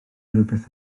rhywbeth